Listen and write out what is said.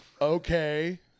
Okay